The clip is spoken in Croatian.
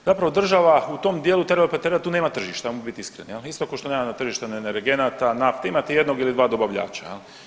Zapravo država u tom dijelu teleoperatera tu nema tržišta ajmo biti iskreni, isto kao što nema na tržištu energenata, nafte, imate jednog ili dva dobavljača.